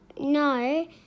no